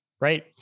right